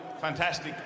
fantastic